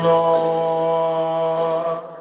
Lord